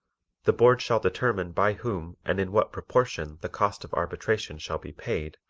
the board shall determine by whom and in what proportion the cost of arbitration shall be paid,